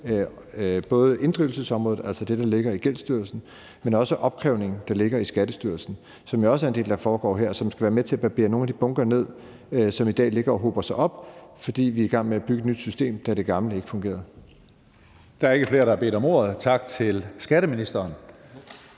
både inddrivelsesområdet, altså det, der ligger i Gældsstyrelsen, men også opkrævningen, der ligger i Skattestyrelsen, som jo også er en del af det, der foregår her, og som skal være med til at barbere nogle af de bunker ned, som i dag ligger og hober sig op, fordi vi er i gang med at bygge et nyt system, da det gamle ikke fungerede.